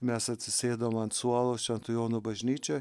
mes atsisėdom ant suolo šventų jonų bažnyčioj